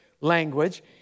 language